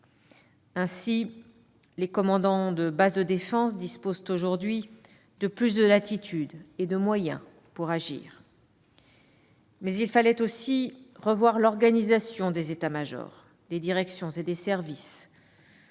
Ainsi, les commandants de base de défense disposent aujourd'hui de plus de latitude et de moyens pour agir. Mais il fallait aussi revoir l'organisation des états-majors, des directions et des services,